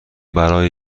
برای